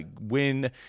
win